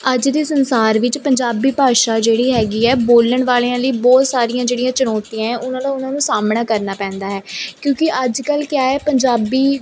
ਅੱਜ ਦੇ ਸੰਸਾਰ ਵਿੱਚ ਪੰਜਾਬੀ ਭਾਸ਼ਾ ਜਿਹੜੀ ਹੈਗੀ ਹੈ ਬੋਲਣ ਵਾਲਿਆਂ ਲਈ ਬਹੁਤ ਸਾਰੀਆਂ ਜਿਹੜੀਆਂ ਚੁਣੌਤੀਆਂ ਹੈ ਉਹਨਾਂ ਨੂੰ ਉਹਨਾਂ ਨੂੰ ਸਾਹਮਣਾ ਕਰਨਾ ਪੈਂਦਾ ਹੈ ਕਿਉਂਕਿ ਅੱਜ ਕੱਲ੍ਹ ਕਿਆ ਹੈ ਪੰਜਾਬੀ